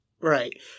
Right